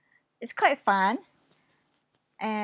it's quite fun